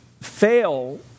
fail